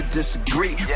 disagree